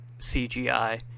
CGI